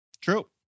True